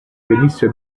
venisse